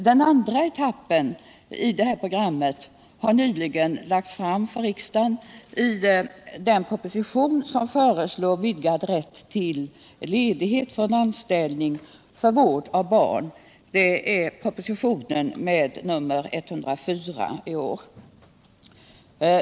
Den andra etappen i det programmet har nyligen lagts fram för riksdagen i den proposition som föreslår vidgad rätt till ledighet från anställning för vård av barn, alltså propositionen 1977/78:104.